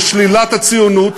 של שלילת הציונות,